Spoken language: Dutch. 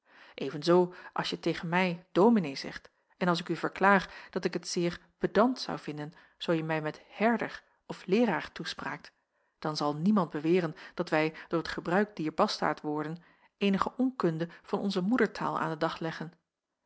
evenzoo als je tegen mij dominee zegt en als ik u verklaar dat ik het zeer pedant zou vinden zoo je mij met herder of leeraar toespraakt dan zal niemand beweren dat wij door t gebruik dier bastaardwoorden eenige onkunde van onze moedertaal aan den dag leggen